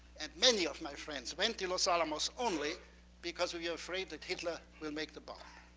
and many of my friends, went to los alamos only because we were afraid that hitler will make the bomb.